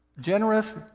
generous